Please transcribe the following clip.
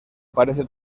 parece